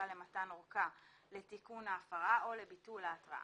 למתן ארכה לתיקון ההפרה או לביטול ההתראה.